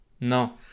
No